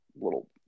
little